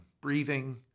breathing